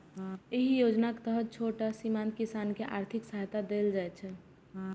एहि योजना के तहत छोट आ सीमांत किसान कें आर्थिक सहायता देल जाइ छै